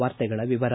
ವಾರ್ತೆಗಳ ವಿವರ